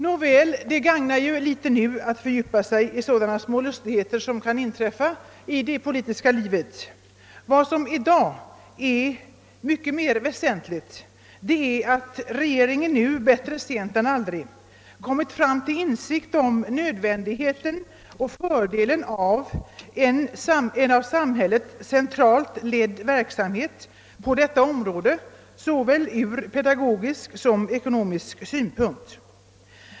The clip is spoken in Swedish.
Nåväl, det gagnar föga att nu fördjupa sig i sådana små lustigheter som kan inträffa i det politiska livet. Vad som i dag är mycket mera väsentligt är att regeringen nu — bättre sent än aldrig — nått fram till insikt om nödvändigheten och fördelen från såväl pedagogisk som ekonomisk synpunkt av en av samhället centralt ledd verksamhet på detta område.